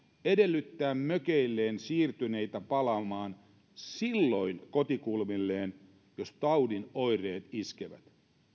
edellyttää mökeilleen siirtyneitä palaamaan kotikulmilleen silloin jos taudin oireet iskevät